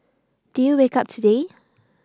did you wake up today